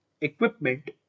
equipment